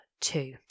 two